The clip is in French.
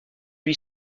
lui